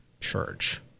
church